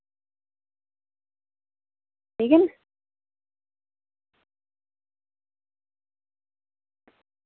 ठीक ऐ नी